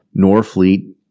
Norfleet